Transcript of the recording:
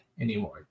anymore